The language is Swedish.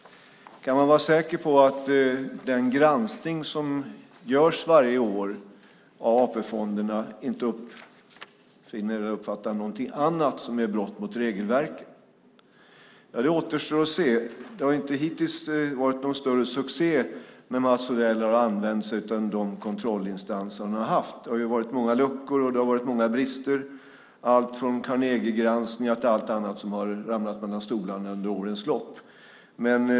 Kan man vara säker på att den granskning som varje år görs av AP-fonderna inte upptäcker något annat som är ett brott mot regelverket? Det återstår att se. Hittills har det inte varit någon större succé när Mats Odell har använt sig av de kontrollinstanser han har. Det har varit många luckor och brister allt från Carnegiegranskningen och allt annat som har ramlat mellan stolarna under årens lopp.